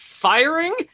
firing